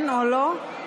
כן או לא?